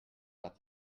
but